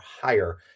higher